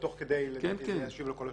ותוך כדי לדעתי זה ישיב לכל השאלות.